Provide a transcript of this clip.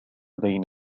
بين